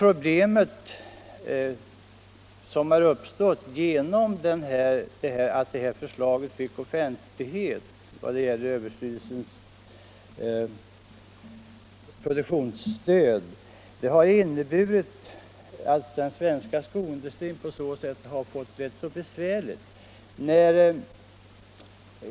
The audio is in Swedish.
Genom att överstyrelsens förslag till produktionsstöd fick offentlighet har den svenska skoindustrin fått det rätt besvärligt.